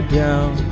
down